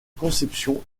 conception